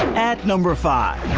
at number five.